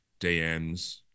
DMs